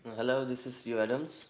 hello, this is steve adams